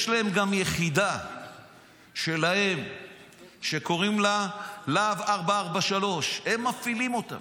יש להם גם יחידה שלהם שקוראים לה להב 433. הם מפעילים אותה.